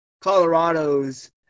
Colorado's